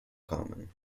common